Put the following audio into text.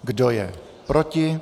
Kdo je proti?